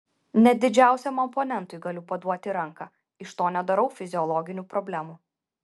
net didžiausiam oponentui galiu paduoti ranką iš to nedarau fiziologinių problemų